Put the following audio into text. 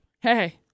Hey